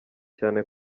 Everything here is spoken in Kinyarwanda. cyane